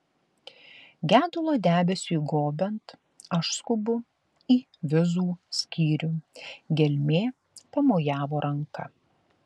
gedulo debesiui gobiant aš skubu į vizų skyrių gelmė pamojavo ranka